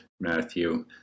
Matthew